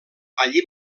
allí